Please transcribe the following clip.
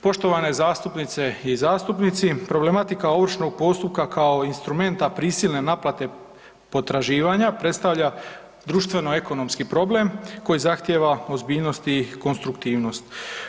Poštovane zastupnice i zastupnici problematika ovršnog postupka kao instrumenta prisilne naplate potraživanja predstavlja društveno ekonomski problem koji zahtjeva ozbiljnost i konstruktivnost.